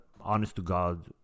honest-to-God